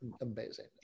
amazing